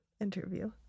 interview